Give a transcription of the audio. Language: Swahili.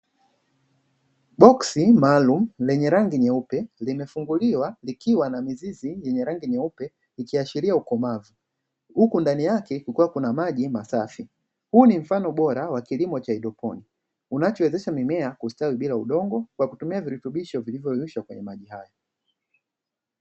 Boksi maalum lenye rangi nyeupe limefunguliwa likiwa na mizizi yenye rangi nyeupe ikiashiria ukomavu huku ndani yake kukiwa na maji masafi huu ni mfano bora wa kilimo cha hydroponi unachowezesha mimea ustawi bila udongo kwa kutumia virutubisho vilivoyeyushwa kwenye maji hayo.